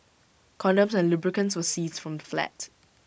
condoms and lubricants were seized from the flat